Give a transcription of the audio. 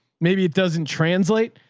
maybe it doesn't translate,